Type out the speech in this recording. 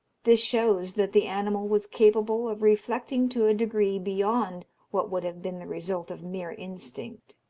this shows that the animal was capable of reflecting to a degree beyond what would have been the result of mere instinct.